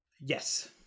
Yes